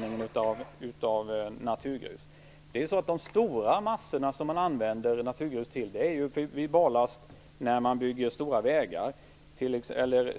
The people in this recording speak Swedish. Den största delen av det naturgrus man använder går åt till barlast när man bygger